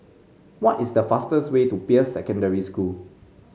what is the fastest way to Peirce Secondary School